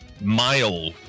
mile